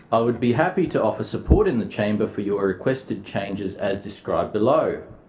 i would be happy to offer support in the chamber for your requested changes as described below.